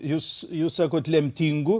jūs jūs sakot lemtingu